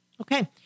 Okay